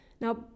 Now